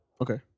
Okay